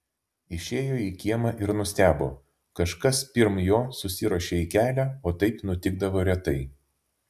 išėjo į kiemą ir nustebo kažkas pirm jo susiruošė į kelią o taip nutikdavo retai